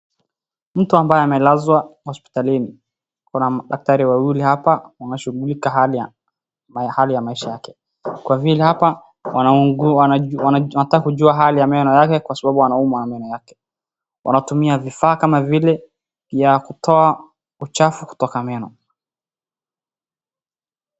Mtu ambaye amelazwa hospitalini kuna madaktari wawili hapa wanashughulika hali ya maisha yake kwa vile hapa wanataka kujua hali ya meno yake kwa sababu anaumwa na meno yake wanatumia vifaa kama vile ya kutoa uchafu kutoka meno .